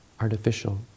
artificial